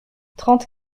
trente